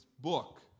book